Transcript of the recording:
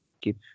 keep